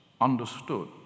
understood